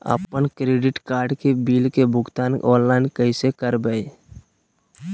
अपन credit card के bill के भुगतान ऑनलाइन कैसे करबैय?